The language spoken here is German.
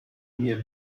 mir